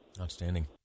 Outstanding